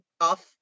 off